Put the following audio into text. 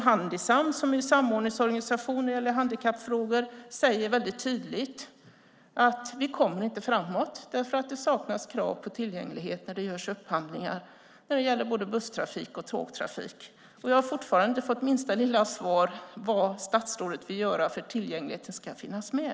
Handisam, som är en samordningsorganisation när det gäller handikappfrågor, säger också väldigt tydligt att man inte kommer framåt därför att det saknas krav på tillgänglighet när det görs upphandlingar av både busstrafik och tågtrafik. Och jag har fortfarande inte fått minsta lilla svar på vad statsrådet vill göra för att tillgängligheten ska finnas med.